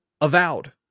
Avowed